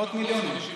עשרות מיליונים.